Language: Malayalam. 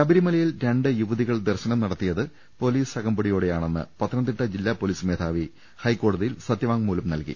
ശബരിമലയിൽ രണ്ട് യുവതികൾ ദർശനം നടത്തിയത് പൊലീസ് അകമ്പടിയോടെയാണെന്ന് പത്തനംതിട്ട് ജില്ലാ പൊലീസ് മേധാവി ഹൈക്കോടതിയിൽ സത്യവാങ്മൂലം നൽകി